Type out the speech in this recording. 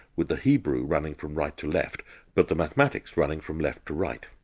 with the hebrew running from right to left but the mathematics running from left to right.